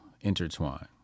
intertwine